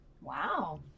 Wow